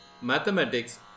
mathematics